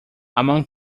among